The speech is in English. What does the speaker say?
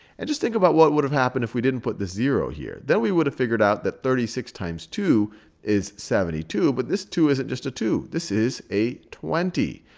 and just think about what would've happened if we didn't put the zero here. then we would have figured out that thirty six times two is seventy two, but this two isn't just a two. this is a twenty.